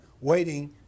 waiting